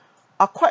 are quite